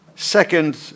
Second